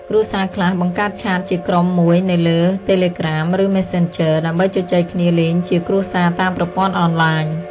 គ្រួសារខ្លះបង្កើតឆាតជាក្រុមមួយនៅលើ Telegram ឬ Messenger ដើម្បីជជែកគ្នាលេងជាគ្រួសារតាមប្រព័ន្ធអនឡាញ។